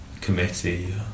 committee